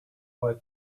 boy